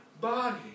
body